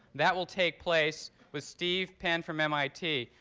that will take place with steve penn from mit.